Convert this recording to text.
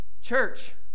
church